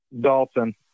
Dalton